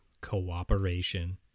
cooperation